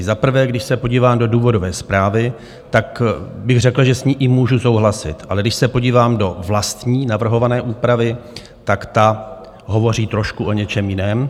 Za prvé, když se podívám do důvodové zprávy, tak bych řekl, že s ní i můžu souhlasit, ale když se podívám do vlastní navrhované úpravy, ta hovoří trošku o něčem jiném.